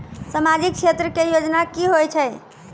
समाजिक क्षेत्र के योजना की होय छै?